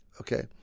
Okay